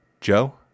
Joe